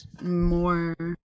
more